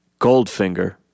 Goldfinger